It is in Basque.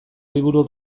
liburu